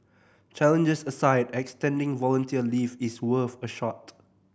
challenges aside extending volunteer leave is worth a shot